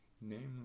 namely